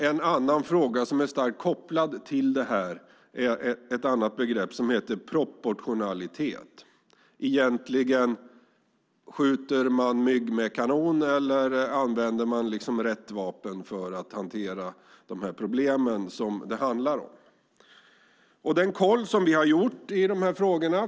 Ett annat begrepp som är starkt kopplat till detta är proportionalitet, det vill säga om man använder rätt medel för att hantera problemen eller om man kanske så att säga skjuter mygg med kanon.